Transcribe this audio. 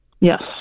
Yes